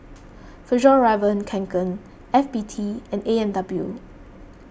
Fjallraven Kanken F B T and A and W